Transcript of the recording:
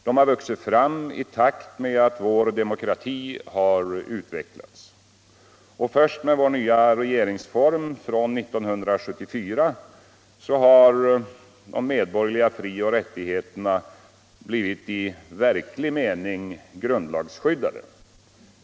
De har vuxit fram i takt med att vår demokrati har utvecklats. Först med vår nya regeringsform från 1974 har de medborgerliga frioch rättigheterna blivit i verklig mening grundlagsskyddade.